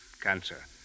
Cancer